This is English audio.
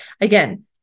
again